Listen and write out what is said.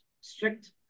strict